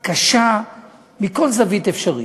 קשה מכל זווית אפשרית.